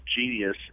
genius